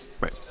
Right